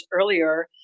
earlier